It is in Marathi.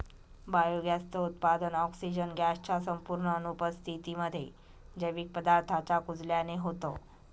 बायोगॅस च उत्पादन, ऑक्सिजन गॅस च्या संपूर्ण अनुपस्थितीमध्ये, जैविक पदार्थांच्या कुजल्याने होतं